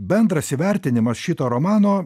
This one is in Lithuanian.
bendras įvertinimas šito romano